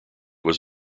was